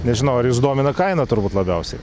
nežinau ar jus domina kaina turbūt labiausiai